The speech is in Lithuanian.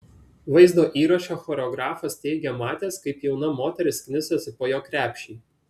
vaizdo įraše choreografas teigė matęs kaip jauna moteris knisasi po jo krepšį